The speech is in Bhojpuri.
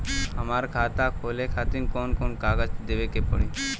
हमार खाता खोले खातिर कौन कौन कागज देवे के पड़ी?